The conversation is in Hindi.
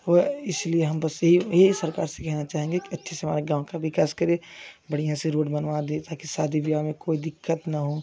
वो इसलिए हम बस यही यही सरकार से कहना चाहेंगे कि अच्छी से हमारे गांव का विकास करें बढ़िया से रोड बनवा दे ताकि शादी विवाह में कोई दिक्कत ना हो